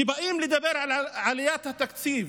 כשבאים לדבר על עליית התקציב,